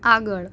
આગળ